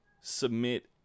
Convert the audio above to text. submit